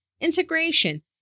integration